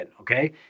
okay